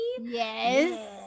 yes